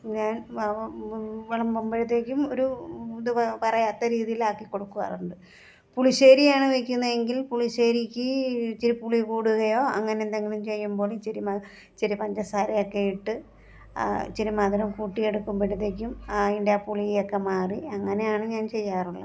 ഞാൻ വിളമ്പുമ്പോഴത്തേക്കും ഒരു ഇത് പറയാത്ത രീതിയിലാക്കി കൊടുക്കാറുണ്ട് പുളിശ്ശേരി ആണ് വെക്കുന്നെങ്കിൽ പുളിശ്ശേരിക്ക് ഇച്ചിരി പുളി കൂടുകയോ അങ്ങനെ എന്തെങ്കിലും ചെയ്യുമ്പോൾ ഇച്ചിരി ഇച്ചിരി പഞ്ചസാരയൊക്കെയിട്ട് ഇച്ചിരി മധുരം കൂട്ടിയെടുക്കുമ്പോഴത്തേയ്ക്കും അതിൻ്റെ ആ പുളിയൊക്കെ മാറി അങ്ങനെയാണ് ഞാൻ ചെയ്യാറുള്ളത്